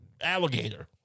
alligator